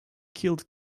killed